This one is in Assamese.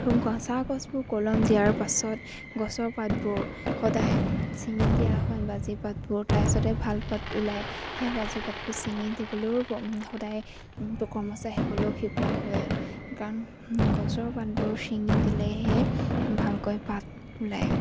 গছবোৰ কলম দিয়াৰ পাছত গছৰ পাতবোৰ সদায় ছিঙি দিয়া হয় বাজি পাতবোৰ তাৰপিছতে ভাল পাত ওলায় সেই বাজি পাতবোৰ ছিঙি দিবলৈও সদায় কৰ্মচাৰীসকলক শিকোৱা হয় কাৰণ গছৰ পাতবোৰ ছিঙি দিলেহে ভালকৈ পাত ওলায়